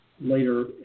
later